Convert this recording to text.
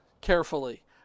carefully